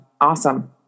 awesome